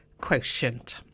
quotient